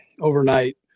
overnight